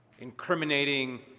incriminating